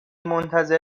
منتظر